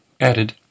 added